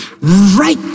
right